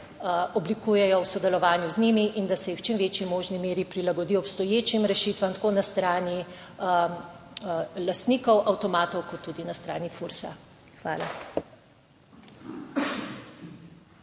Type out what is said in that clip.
oblikujejo v sodelovanju z njimi in da se jih v čim večji možni meri prilagodi obstoječim rešitvam, tako na strani lastnikov avtomatov, kot tudi na strani Fursa. Hvala.